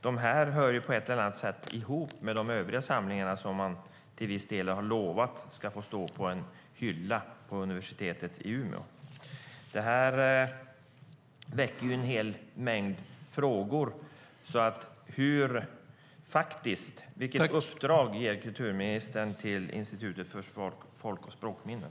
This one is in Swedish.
De hör på ett eller annat sätt ihop med de övriga samlingarna som man till viss del har lovat ska få stå på en hylla vid universitetet i Umeå. Det här väcker en hel mängd frågor. Vilket uppdrag ger kulturministern till Institutet för språk och folkminnen?